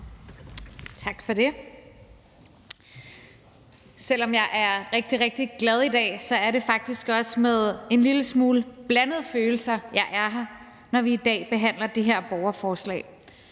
Tak for det. Selv om jeg er rigtig, rigtig glad, er det faktisk også med en lille smule blandede følelser, at jeg er her, når vi i dag behandler det her borgerforslag.